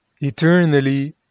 eternally